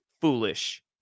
foolish